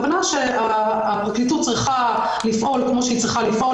הכוונה שהפרקליטות צריכה לפעול כמו שהיא צריכה לפעול,